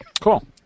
Cool